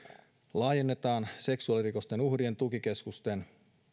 laajennetaan seksuaalirikosten uhrien tukikeskusten